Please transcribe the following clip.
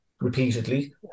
repeatedly